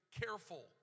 careful